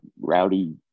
rowdy